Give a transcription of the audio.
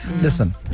listen